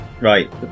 Right